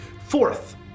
Fourth